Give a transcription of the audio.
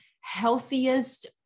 healthiest